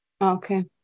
Okay